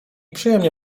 przyjemnie